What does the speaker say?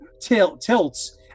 tilts